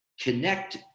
connect